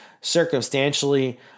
circumstantially